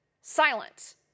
Silent